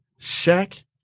Shaq